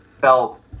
felt